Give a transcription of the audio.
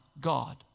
god